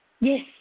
Yes